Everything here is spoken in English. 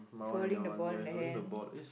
soiling the bowl in the hand